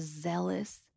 zealous